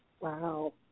Wow